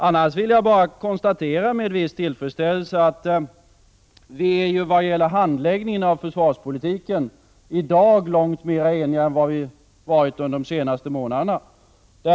I övrigt vill jag med viss tillfredsställelse konstatera att vi, vad gäller handläggningen av försvarspolitiken, i dag är långt mera eniga än vi har varit under de senaste månaderna.